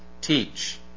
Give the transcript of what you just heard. Teach